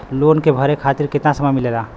Loan के भरे खातिर कितना समय मिलेला?